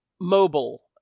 mobile